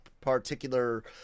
particular